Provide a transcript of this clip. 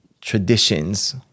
traditions